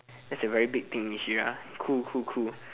that's a very big issue lah cool cool cool